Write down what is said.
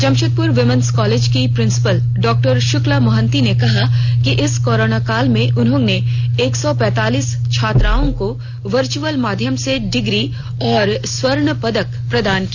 Jamshedpur women's college की principal डॉ शुक्ला मोहंती ने कहा कि इस कोरोना काल में उन्होंने एक सौ पैंतालिस छात्राओं को वर्चअल माध्यम से डिग्री और स्वर्ण पदक प्रदान किया